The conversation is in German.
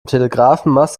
telegrafenmast